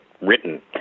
written